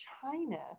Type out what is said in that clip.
china